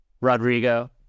Rodrigo